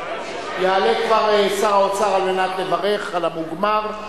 יעלה כבר שר האוצר על מנת לברך על המוגמר.